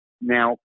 Now